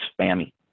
spammy